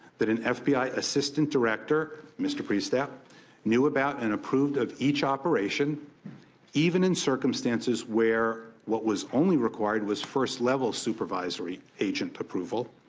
that an f b i. assistant director, mr. prestep knew about and approved of each operation even in circumstances where what was only required was first level supervise re agent approval.